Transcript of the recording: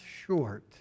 short